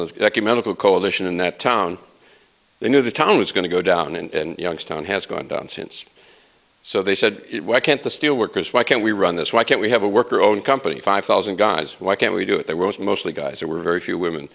ecumenical coalition in that town they knew the town was going to go down and youngstown has gone down since so they said it why can't the steelworkers why can't we run this why can't we have a worker own company five thousand guys why can't we do it there was mostly guys that were very few women